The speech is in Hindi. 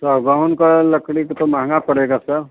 सागवान की लकड़ी तो महँगी पड़ेगी सर